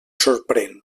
sorprèn